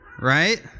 right